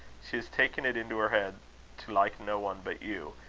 she has taken it into her head to like no one but you,